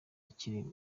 akinira